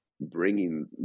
bringing